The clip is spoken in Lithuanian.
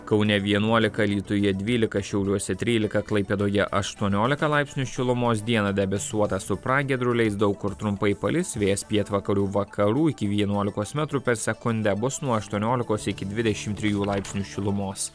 kaune vienuolika alytuje dvylika šiauliuose trylika klaipėdoje aštuoniolika laipsnių šilumos dieną debesuota su pragiedruliais daug kur trumpai palis vėjas pietvakarių vakarų iki vienuolikos metrų per sekundę bus nuo aštuoniolikos iki dvidešimt trijų laipsnių šilumos